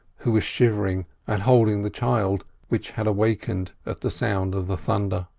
who was shivering and holding the child, which had awakened at the sound of the thunder.